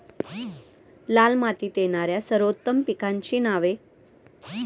लाल मातीत येणाऱ्या सर्वोत्तम पिकांची नावे?